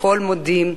הכול מודים: